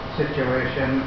situation